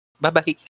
Bye-bye